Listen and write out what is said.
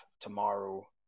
tomorrow